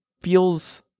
feels